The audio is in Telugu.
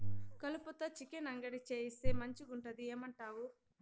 కలుపతో చికెన్ అంగడి చేయిస్తే మంచిగుంటది ఏమంటావు